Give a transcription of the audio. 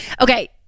Okay